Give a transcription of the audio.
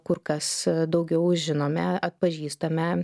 kur kas daugiau žinome atpažįstame